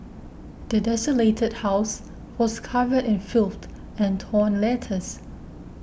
the desolated house was covered in filth and torn letters